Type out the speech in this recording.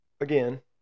again